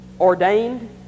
ordained